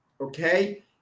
okay